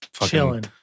chilling